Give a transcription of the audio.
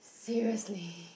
seriously